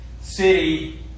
city